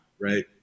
Right